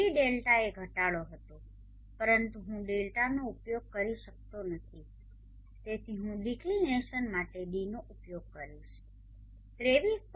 D delta એ ઘટાડો હતો પરંતુ હું ડેલ્ટાનો ઉપયોગ કરી શકતો નથી તેથી હું ડીક્લિનેશન માટે ડી નો ઉપયોગ કરીશ 23